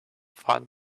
fun